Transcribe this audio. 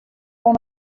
oan